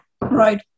Right